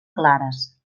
clares